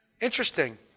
Interesting